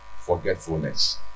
forgetfulness